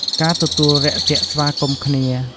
ការទទួលរាក់ទាក់ស្វាគមន៍គ្នា។